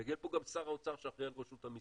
ויגיע לפה גם שר האוצר שאחראי על רשות המסים.